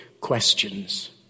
questions